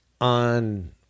on